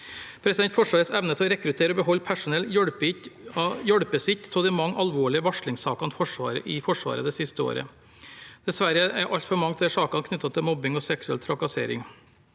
evne. Forsvarets evne til å rekruttere og beholde personell hjelpes ikke av de mange alvorlige varslingssakene i Forsvaret det siste året. Dessverre er altfor mange av sakene knyttet til mobbing og seksuell trakassering.